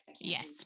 yes